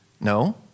No